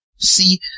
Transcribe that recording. see